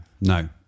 no